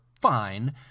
fine